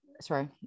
sorry